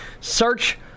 Search